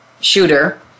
shooter